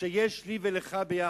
שיש לי ולך ביחד,